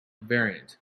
variant